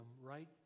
right